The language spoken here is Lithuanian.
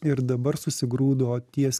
ir dabar susigrūdo ties